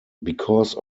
because